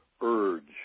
urge